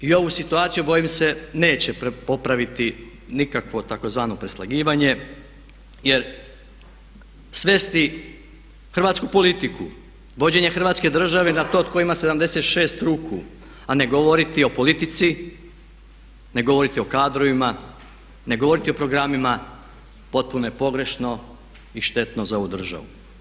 I ovu situaciju bojim se neće popraviti nikakvo tzv. preslagivanje jer svesti hrvatsku politiku, vođenje Hrvatske države na to tko ima 76 ruku a ne govoriti o politici, ne govoriti o kadrovima, ne govoriti o programima potpuno je pogrešno i štetno za ovu državu.